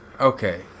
Okay